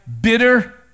bitter